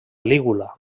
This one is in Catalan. lígula